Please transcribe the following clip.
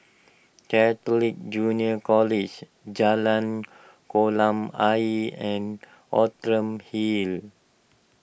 Catholic Junior College Jalan Kolam Ayer and Outram Hill